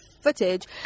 footage